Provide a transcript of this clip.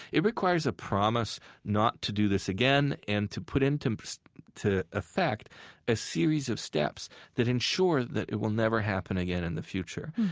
it requires a promise not to do this again and to put into effect a series of steps that ensure that it will never happen again in the future.